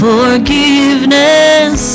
Forgiveness